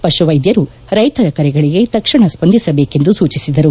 ಪಶುವೈದ್ಯರು ರೈತರ ಕರೆಗಳಿಗೆ ತಕ್ಷಣ ಸ್ಪಂದಿಸಬೇಕೆಂದು ಸೂಚಿಸಿದರು